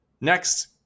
Next